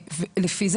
אז לפי זה.